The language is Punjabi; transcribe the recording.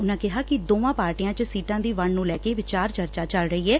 ਉਨੂਾ ਕਿਹਾ ਕਿ ਦੋਵਾਂ ਪਾਰਟੀਆਂ ਚ ਸੀਟਾਂ ਦੀ ਵੰਡ ਨੂੰ ਲੈ ਕੇ ਵਿਚਾਰ ਚਰਚਾ ਚੱਲ ਰਹੀ ਏ